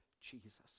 Jesus